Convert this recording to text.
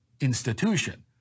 institution